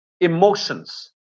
emotions